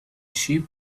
sheep